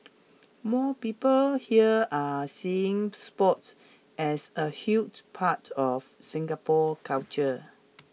more people here are seeing sports as a huge part of Singapore's culture